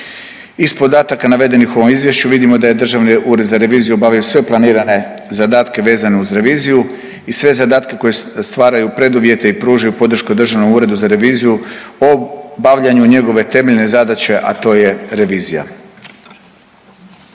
Iz podatka navedenih u ovom izvješću vidimo da je Državni ured za reviziju obavio sve planirane zadatke vezane uz reviziju i sve zadatke koji stvaraju preduvjete i pružaju podršku Državnom uredu za reviziju obavljanju njegove temeljne zadaće, a to je revizija.